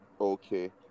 Okay